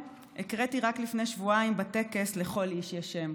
הקראתי רק לפני שבועיים בטקס "לכל איש יש שם",